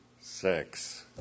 sex